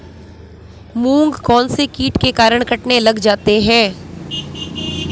मूंग कौनसे कीट के कारण कटने लग जाते हैं?